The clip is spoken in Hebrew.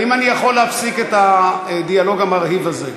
האם אני יכול להפסיק את הדיאלוג המרהיב הזה?